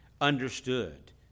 understood